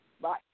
Bye